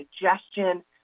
digestion